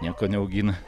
nieko neaugina